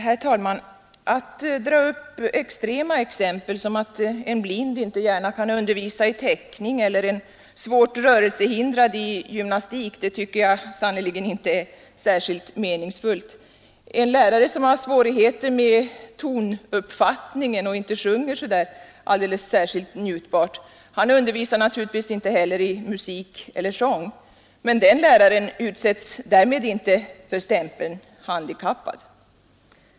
Herr talman! Att dra upp extrema exempel — såsom att en blind inte gärna kan undervisa i teckning eller en svårt rörelsehindrad i gymnastik — är sannerligen inte särskilt meningsfullt. En lärare som har svårigheter med tonuppfattningen och inte sjunger särskilt njutbart undervisar naturligtvis inte heller i musik eller sång, men den läraren får därmed inte stämpeln ”handikappad”.